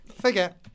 Forget